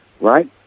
Right